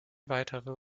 weitere